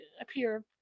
appear